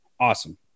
awesome